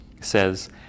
says